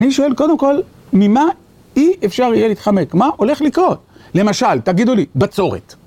אני שואל, קודם כל, ממה אי אפשר יהיה להתחמק? מה הולך לקרות? למשל, תגידו לי, בצורת.